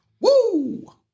Woo